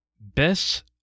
Best